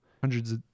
hundreds